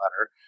letter